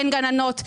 אין גננות,